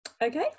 Okay